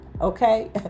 Okay